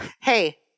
Hey